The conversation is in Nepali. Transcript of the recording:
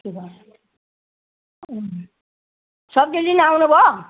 सब्जी लिन आउनु भयो